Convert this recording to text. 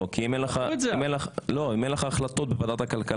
לא, כי אם אין לך החלטות בוועדת הכלכלה...